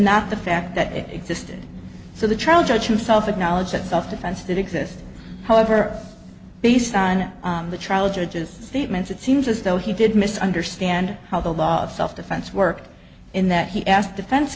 not the fact that it existed so the trial judge himself acknowledged that self defense did exist however based on the trial judge's statements it seems as though he did miss understand how the law of self defense worked in that he asked defense